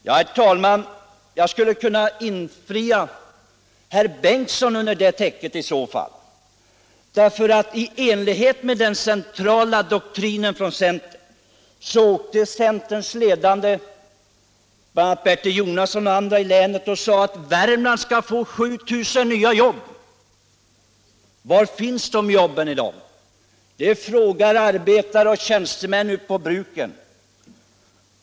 Jag skulle, herr talman, kunna föra in herr Bengtson under den rubriken. I enlighet med den centrala doktrinen från centern åkte centerns ledande män, bland andra Bertil Jonasson och andra centerrepresentanter från länet, omkring och utlovade att Värmland skulle få 7 000 nya jobb. Var finns de jobben i dag? Det frågar arbetare och tjänstemän ute på bruken.